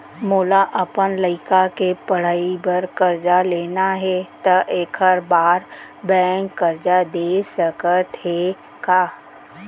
मोला अपन लइका के पढ़ई बर करजा लेना हे, त एखर बार बैंक करजा दे सकत हे का?